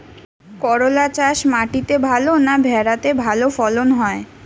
করলা চাষ মাটিতে ভালো না ভেরাতে ভালো ফলন হয়?